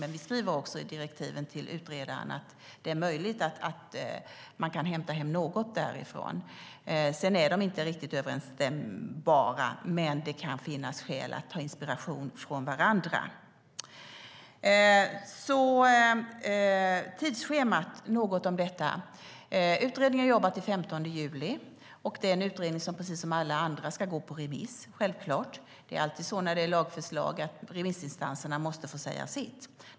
Men vi skriver i direktiven till utredaren att det är möjligt att man kan hämta hem något därifrån. Det stämmer inte helt överens, men det kan finnas skäl att inspireras av varandra. Jag vill säga något om tidsschemat. Utredningen jobbar till den 15 juli. Sedan ska den självklart gå på remiss, precis som alla andra. Det är alltid så med lagförslag att remissinstanserna måste få säga sitt.